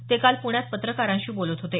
ते काल प्ण्यात पत्रकारांशी बोलत होते